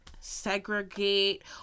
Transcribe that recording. segregate